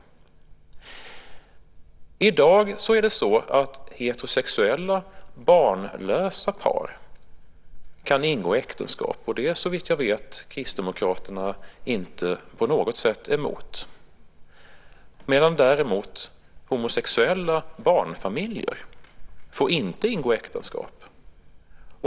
Men i dag är det så att heterosexuella barnlösa par kan ingå äktenskap. Det är, såvitt jag vet, Kristdemokraterna inte på något sätt emot. Däremot får homosexuella barnfamiljer inte ingå äktenskap.